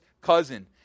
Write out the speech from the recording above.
cousin